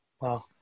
Wow